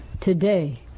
today